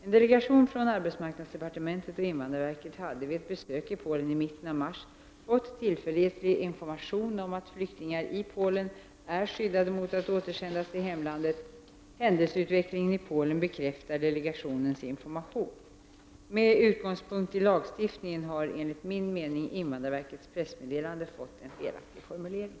En delegation från arbetsmarknadsdepartementet och invandrarverket hade vid ett besök i Polen i mitten av mars fått tillförlitlig information om att flyktingar i Polen är skyddade mot att återsändas till hemlandet. Händelseutvecklingen i Polen bekräftar delegationens information. Med utgångspunkt i lagstiftningen har enligt min mening invandrarverkets pressmeddelande fått en felaktig formulering.